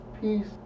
peace